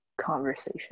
conversation